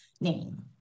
name